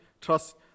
Trust